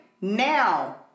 now